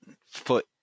foot